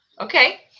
Okay